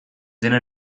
dena